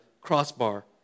crossbar